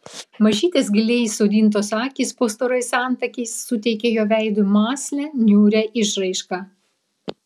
mažytės giliai įsodintos akys po storais antakiais suteikė jo veidui mąslią niūrią išraišką